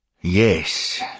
Yes